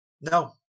No